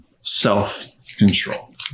self-control